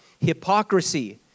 hypocrisy